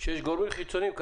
שיש גורמים חיצוניים,